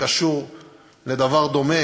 שקשור לדבר דומה.